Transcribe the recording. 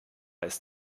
ist